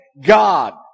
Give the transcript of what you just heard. God